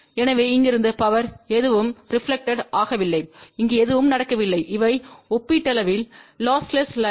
எனவே இங்கிருந்து பவர் எதுவும் பிரெப்லக்டெட் இல்லை இங்கு எதுவும் நடக்கவில்லை இவை ஒப்பீட்டளவில் லொஸ்லெஸ் லைன்